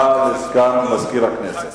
יש הודעה לסגן מזכיר הכנסת.